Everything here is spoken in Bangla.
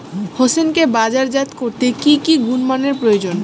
হোসেনকে বাজারজাত করতে কি কি গুণমানের প্রয়োজন?